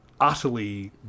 utterly